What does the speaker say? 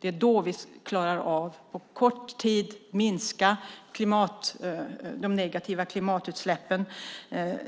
Det är då vi på kort tid kan minska de negativa klimatutsläppen. Dessutom